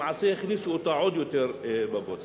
למעשה הכניסו אותה עוד יותר לבוץ.